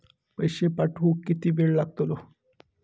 पैशे पाठवुक किती वेळ लागतलो?